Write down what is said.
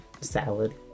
Salad